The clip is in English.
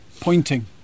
Pointing